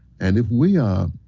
and if we are